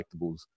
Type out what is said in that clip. Collectibles